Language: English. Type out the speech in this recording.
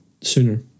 sooner